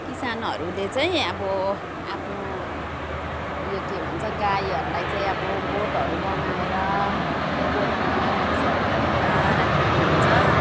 किसानहरूले चाहिँ अब आफ्नो उयो के भन्छ गाईहरूलाई चाहिँ अब गोठहरू बनाएर गोठमा घाँसहरू हालेर राखेको हुन्छ